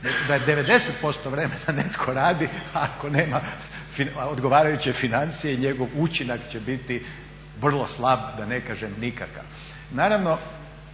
da je 90% vremena netko radi ako nema odgovarajuće financije i njegov učinak će biti vrlo slab da ne kažem nikakav.